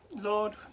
Lord